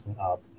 up